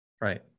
Right